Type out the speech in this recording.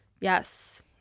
Yes